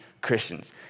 Christians